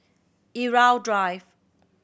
Irau Drive